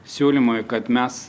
siūlymui kad mes